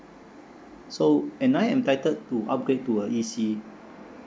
so am I entitled to upgrade to a E_C